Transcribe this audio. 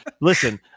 listen